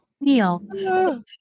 Neil